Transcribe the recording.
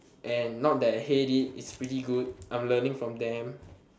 and not that I hate it it's pretty good I'm learning from them